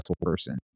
person